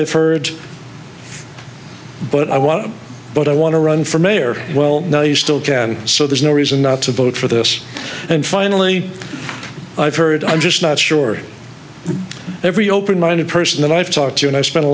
i've heard but i want to but i want to run for mayor well no you still can so there's no reason not to vote for this and finally i've heard i'm just not sure every open minded person that i've talked to and i spent a